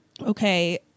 okay